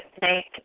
thank